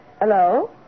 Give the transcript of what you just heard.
Hello